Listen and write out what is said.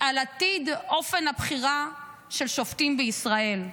על עתיד אופן הבחירה של שופטים בישראל.